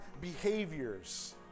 behaviors